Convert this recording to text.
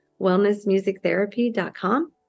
wellnessmusictherapy.com